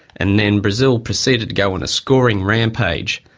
and then brazil proceeded to go on a scoring rampage,